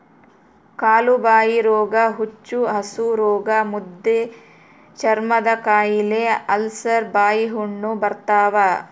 ಕಾಲುಬಾಯಿರೋಗ ಹುಚ್ಚುಹಸುರೋಗ ಮುದ್ದೆಚರ್ಮದಕಾಯಿಲೆ ಅಲ್ಸರ್ ಬಾಯಿಹುಣ್ಣು ಬರ್ತಾವ